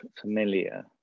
familiar